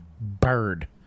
bird